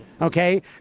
Okay